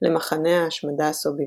למחנה ההשמדה סוביבור.